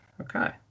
Okay